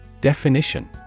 Definition